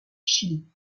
chili